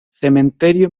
cementerio